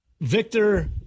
Victor